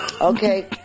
Okay